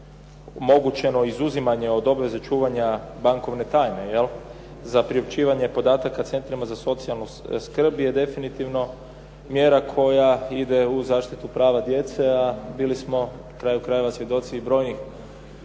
omogućeno izuzimanje od obveze čuvanja bankovne tajne jel', za priopćivanje podataka centrima za socijalnu skrb je definitivno mjera koja ide u zaštitu prava djece, a bili smo na kraju krajeva svjedoci i brojnih